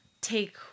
take